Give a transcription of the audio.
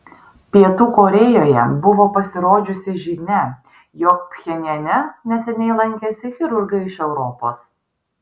pietų korėjoje buvo pasirodžiusi žinia jog pchenjane neseniai lankėsi chirurgai iš europos